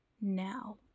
now